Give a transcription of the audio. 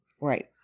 Right